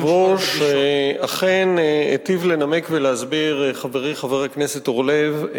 אכן היטיב לנמק ולהסביר חברי חבר הכנסת אורלב,